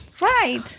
right